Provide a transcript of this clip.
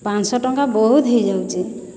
ପାଁଶହ ଟଙ୍କା ବହୁତ ହେଇଯାଉଚେ